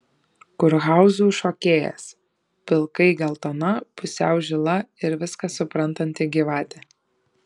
kurhauzų šokėjas pilkai geltona pusiau žila ir viską suprantanti gyvatė